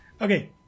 Okay